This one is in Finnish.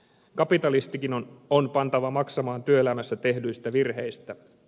kapitalistikin on pantava maksamaan työelämässä tehdyistä virheistä